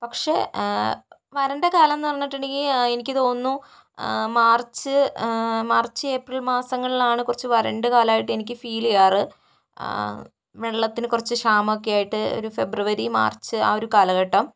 പക്ഷെ വരണ്ട കാലം എന്ന് പറഞ്ഞിട്ടുണ്ടെങ്കിൽ എനിക്ക് തോന്നുന്നു മാർച്ച് മാർച്ച് ഏപ്രിൽ മാസങ്ങളിലാണ് കുറച്ച് വരണ്ട കാലമായിട്ട് എനിക്ക് ഫീല് ചെയ്യാറ് വെള്ളത്തിന് കുറച്ച് ക്ഷാമമൊക്കെ ആയിട്ട് ഒരു ഫെബ്രുവരി മാർച്ച് ആ ഒരു കാലഘട്ടം